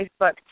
Facebook